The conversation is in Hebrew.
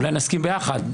אולי נסכים ביחד.